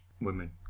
women